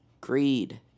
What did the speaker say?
Greed